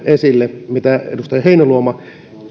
esille tämä huolen minkä edustaja heinäluoma